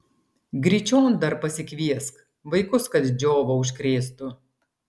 gryčion dar pasikviesk vaikus kad džiova užkrėstų